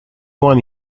one